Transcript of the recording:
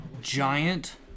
giant